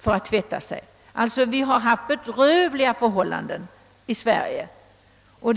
för att tvätta sig. Även i Sverige har det alltså funnits bedrövliga förhållanden på detta område.